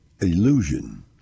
illusion